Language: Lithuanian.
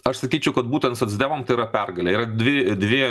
aš sakyčiau kad būtent socdemam tai yra pergalė yra dvi dvi